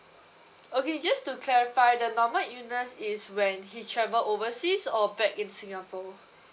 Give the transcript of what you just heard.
okay just to clarify the normal illness is when he travel overseas or back in singapore